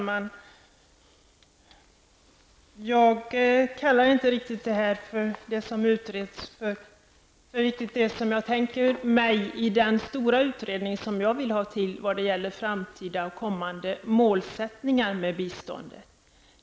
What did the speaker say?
Herr talman! Det som utreds är inte riktigt det som jag tänker mig i den stora utredning som jag vill ha vad gäller framtida målsättningar med biståndet.